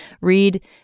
read